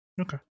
Okay